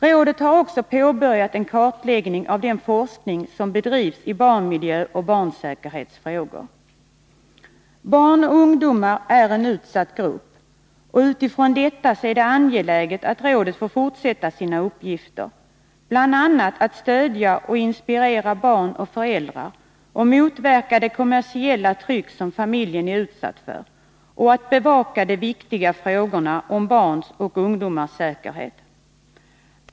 Rådet har också påbörjat en kartläggning av den forskning som bedrivs i barnmiljöoch barnsäkerhetsfrågor. Barn och ungdomar är en utsatt grupp, och utifrån detta är det angeläget att rådet får fortsätta sina uppgifter, bl.a. att stödja och inspirera barn och föräldrar och motverka det kommersiella tryck som familjen utsätts för samt bevaka de viktiga frågorna om barns och ungdomars säkerhet.